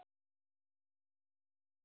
ആ